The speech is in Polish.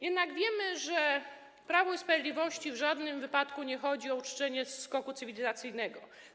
Jednak wiemy, że Prawu i Sprawiedliwości w żadnym wypadku nie chodzi o uczczenie skoku cywilizacyjnego.